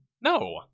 No